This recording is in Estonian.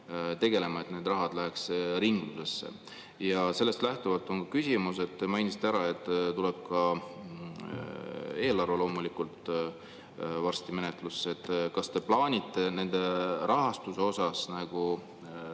tegelema, et see raha läheks ringlusse. Ja sellest lähtuvalt on mu küsimus. Te mainisite ära, et tuleb ka eelarve loomulikult varsti menetlusse. Kas te plaanite selle rahastuse mõttes